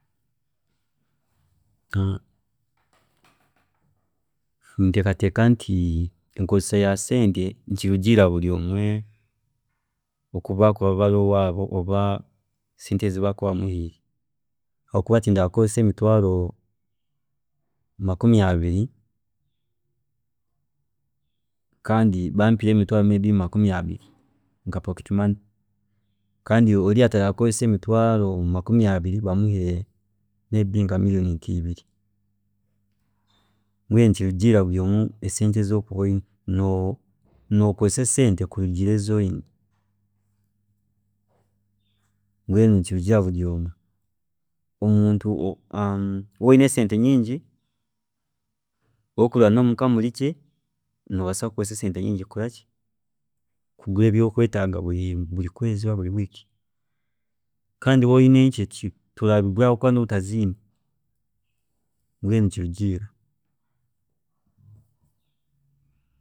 ﻿Ninteekateeka nti enkozesa ya sente nikirugiirira buri omwe oku bakuba bari owaabo na sente ezi bakuba bamuhiire, hakuba tindaakozese emitwaaro makumi abiri kandi bampiire may be emitwaaro makumi abiri nka pocket money kandi oriiya tarakozese emitwaaro makumi abiri kandi bamuhiire may be nka million nka ibiri, mbwenu nikirugiirira buri omwe esente ezi orikuba oyine, no- nokozesa esente kurugiirira ezi oyine, mbwenu nikirugiirira buri omwe, omuntu waaba oyine sente nyingi orikureeba nomuka murigye, nobaasa kukozesa sente nyingi kugura ki, kugura ebi orikweetaga buri kweezi oba buri wiiki kandi waaba oyine nkye tarabiigure habwokuba nooba otaziine, mbwenu nikirugiiirira.